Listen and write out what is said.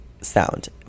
sound